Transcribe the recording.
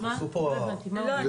לא הבנתי מה הוא רוצה.